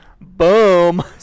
Boom